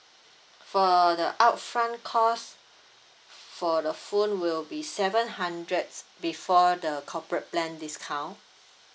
for the upfront cost for the phone will be seven hundreds before the corporate plan discount